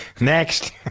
Next